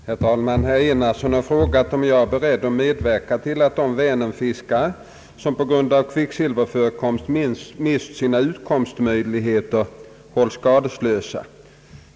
Herr talman! Herr Enarsson har frågat, om jag är beredd att medverka till att de Vänernfiskare som på grund av kvicksilverförekomst mist sina utkomstmöjligheter hålls skadeslösa.